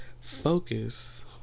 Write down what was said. focus